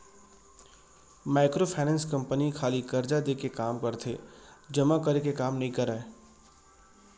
micro finance company खाली करजा देय के काम करथे जमा करे के काम नइ करय